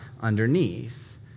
underneath